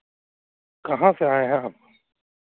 कहाँ से आए हैं आप